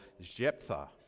Jephthah